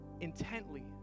intently